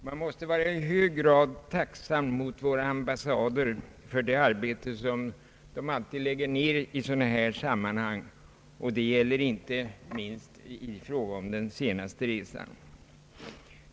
Man måste i hög grad vara tacksam mot våra ambassader för det arbete som de alltid lägger ned i sådana här sammanhang. Det gäller inte minst den senaste resan.